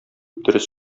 дөрес